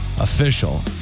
official